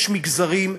יש מגזרים.